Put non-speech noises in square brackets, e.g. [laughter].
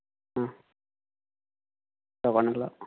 ആ [unintelligible]